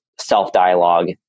self-dialogue